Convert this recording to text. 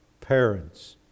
parents